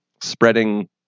spreading